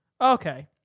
Okay